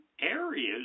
areas